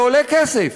זה עולה כסף,